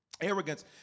Arrogance